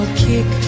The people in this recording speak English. kick